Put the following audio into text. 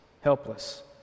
helpless